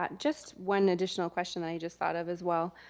um just one additional question i just thought of as well.